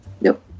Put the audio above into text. Nope